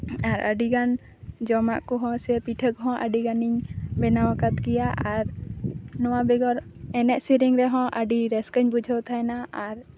ᱟᱨ ᱟᱹᱰᱤᱜᱟᱱ ᱡᱚᱢᱟᱜ ᱠᱚᱦᱚᱸ ᱥᱮ ᱯᱤᱴᱷᱟᱹ ᱠᱚᱦᱚᱸ ᱟᱹᱰᱤᱜᱟᱱᱤᱧ ᱵᱮᱱᱟᱣ ᱠᱟᱫ ᱜᱮᱭᱟ ᱟᱨ ᱱᱚᱣᱟ ᱵᱮᱜᱚᱨ ᱮᱱᱮᱡ ᱥᱮᱨᱮᱧ ᱨᱮᱦᱚᱸ ᱟᱹᱰᱤ ᱨᱟᱹᱥᱠᱟᱹᱧ ᱵᱩᱡᱷᱟᱹᱣ ᱛᱟᱦᱮᱱᱟ ᱟᱨ